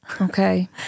okay